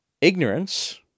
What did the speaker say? ignorance